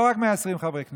לא רק 120 חברי כנסת,